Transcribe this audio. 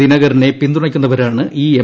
ദിനകരനെ പിന്തുണയ്ക്കുന്നവരാണ് ഈ എം